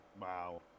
Wow